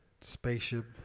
Spaceship